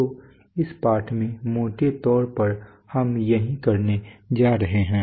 तो इस पाठ में मोटे तौर पर हम यही करने जा रहे हैं